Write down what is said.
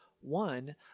One